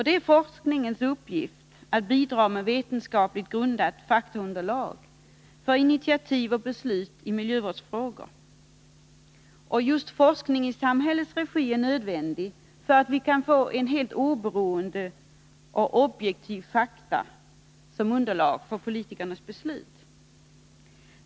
Det är forskningens uppgift att bidra med vetenskapligt grundat faktaunderlag för initiativ och beslut i miljövårdsfrågor. Just forskning i samhällets regi är nödvändig för att vi skall få helt oberoende och objektiva fakta som underlag för politikernas beslut.